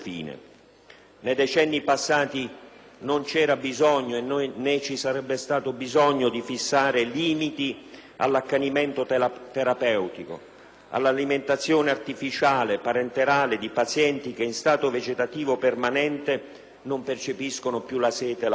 Nei decenni passati non c'era bisogno - né ci sarebbe stato - di fissare limiti all'accanimento terapeutico, all'alimentazione artificiale parenterale di pazienti che in stato vegetativo permanente non percepiscono più la sete e la fame.